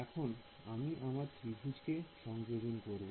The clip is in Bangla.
অতএব আমি আমার ত্রিভুজ কে সংযোজন করব